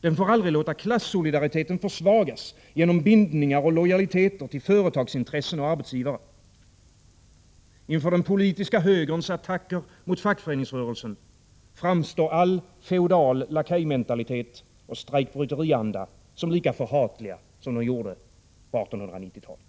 Den får aldrig låta klassolidariteten försvagas genom bindningar och lojaliteter till företagsintressen och arbetsgi ' vare. Inför den politiska högerns attacker mot fackföreningsrörelsen framstår all feodal lakejmentalitet och strejkbryterianda som lika förhatliga som de gjorde på 1890-talet.